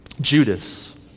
Judas